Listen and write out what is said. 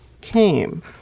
came